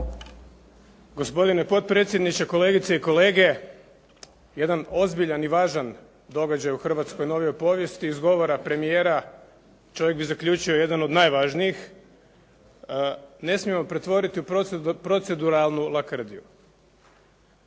Gospodine potpredsjedniče, kolegice i kolege. Jedan ozbiljan i važan događaj u hrvatskoj novijoj povijesti izgovara premijera. Čovjek bi zaključio jedan od najvažnijih ne smijemo pretvoriti u proceduralnu lakrdiju.